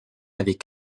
avait